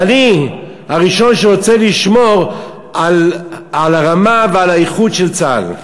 ואני הראשון שרוצה לשמור על הרמה ועל האיכות של צה"ל.